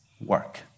work